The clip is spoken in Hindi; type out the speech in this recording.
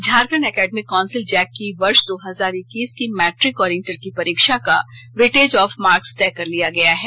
झारखंड एकडेमिक कॉउंसिल जैक की वर्ष दो हजार इक्कीस की मैट्टिक और इंटर की परीक्षा का वेटेज ऑफ मार्क्स तय कर लिया गया है